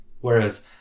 Whereas